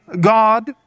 God